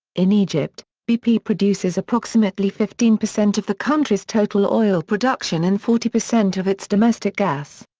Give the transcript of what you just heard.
in egypt, bp produces approximately fifteen percent of the country's total oil production and forty percent of its domestic gas.